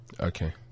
Okay